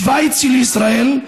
שווייץ של ישראל.